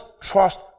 trust